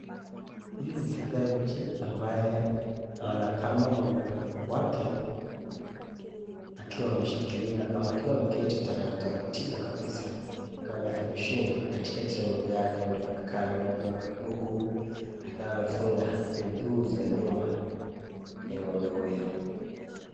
Huyu ni mfugaji ambaye anakama ng'ombe wake akiwa ameshikiliya ama akiwa ameketi taratibu kabisa kama ameweka besheni katikati ya miguu wake ndio akame ng'ombe wake. Huku akiwa amefunga miguu za nyuma ya ng'ombe huyo